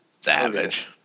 Savage